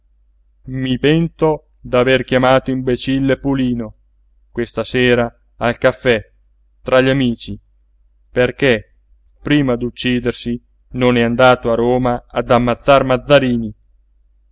i pento d'aver chiamato imbecille pulino questa sera al caffè tra gli amici perché prima d'uccidersi non è andato a roma ad ammazzar mazzarini